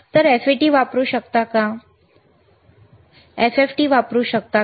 आपण FFT वापरू शकता